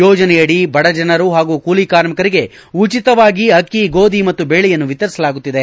ಯೋಜನೆಯಡಿ ಬಡಜನರು ಹಾಗೂ ಕೂಲಿ ಕಾರ್ಮಿಕರಿಗೆ ಉಚಿತವಾಗಿ ಅಕ್ಕಿ ಗೋಧಿ ಮತ್ತು ಬೇಳೆಯನ್ನು ವಿತರಿಸಲಾಗುತ್ತಿದೆ